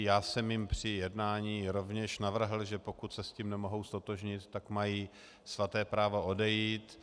Já jsem jim při jednání rovněž navrhl, že pokud se s tím nemohou ztotožnit, tak mají svaté právo odejít.